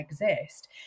exist